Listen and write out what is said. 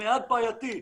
אנשים באים בטיסה,